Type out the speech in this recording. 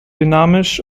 dynamisch